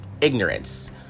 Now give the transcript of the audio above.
ignorance